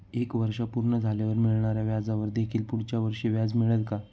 एक वर्ष पूर्ण झाल्यावर मिळणाऱ्या व्याजावर देखील पुढच्या वर्षी व्याज मिळेल का?